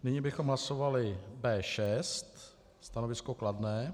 Nyní bychom hlasovali B6. Stanovisko kladné.